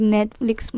Netflix